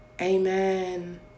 Amen